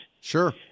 Sure